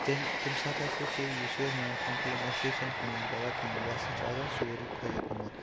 تیٚلہِ تمہِ ساتہٕ ہَسا چھِ یہِ یُس یہِ ہینٛڈ پَمپ چھُ یہِ نَسا چھِنہٕ کٲم کَران کِہیٖنۍ یہِ ہَسا چھُ آسان سورُے خۄش گوٚمُت